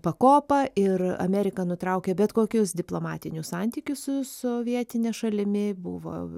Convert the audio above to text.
pakopa ir amerika nutraukė bet kokius diplomatinius santykius su sovietine šalimi buvo